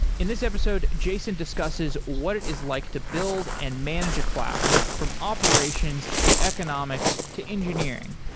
in this episode, jason discusses what it is like to build and manage a cloud from operations, to economics, to engineering.